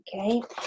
okay